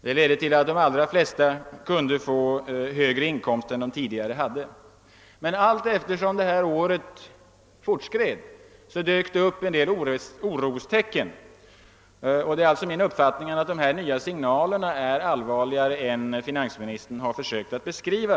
Det ledde till att de allra flesta kunde få högre inkomster än de tidigare hade. Men allteftersom året fortskred dök en del orostecken upp. Jag har den uppfattningen att de nya signalerna är allvarligare än finansministern försökt att beskriva.